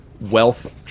wealth